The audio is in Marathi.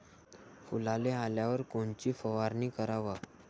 फुलाले आल्यावर कोनची फवारनी कराव?